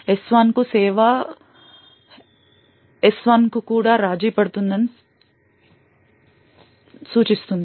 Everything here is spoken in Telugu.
S1 కు సేవ S1 కూడా రాజీ పడుతుందని సూచిస్తుంది